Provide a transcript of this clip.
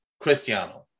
Cristiano